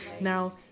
Now